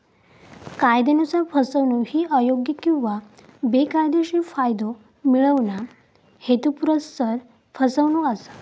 कायदयानुसार, फसवणूक ही अयोग्य किंवा बेकायदेशीर फायदो मिळवणा, हेतुपुरस्सर फसवणूक असा